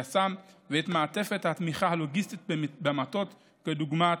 יס"מ, ואת מעטפת התמיכה הלוגיסטית במטות, דוגמת